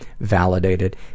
validated